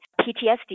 PTSD